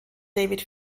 david